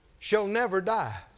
shall never die.